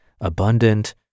abundant